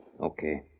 Okay